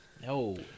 no